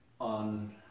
on